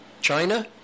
China